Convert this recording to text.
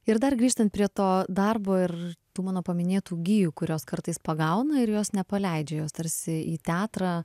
ir dar grįžtant prie to darbo ir tų mano paminėtų gijų kurios kartais pagauna ir jos nepaleidžia jos tarsi į teatrą